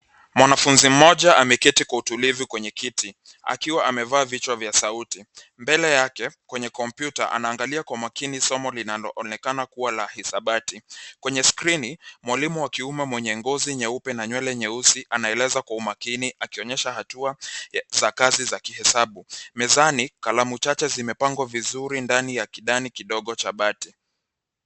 Mwanafunzi mmoja ameketi kwa utulivu kwenye kiti akiwa amevaa vichwa vya sauti. Mbele yake kwenye kompyuta anaangalia kwa makini somo linaloonekana kuwa la hisabati. Kwenye skrini mwalimu wa kiume mwenye ngozi nyeupe na nywele nyeusi anaeleza kwa umakini akionyesha hatua za kazi za kihesabu. Mezani kalamu chache zimepangwa vizuri ndani ya kidani kidogo cha bati.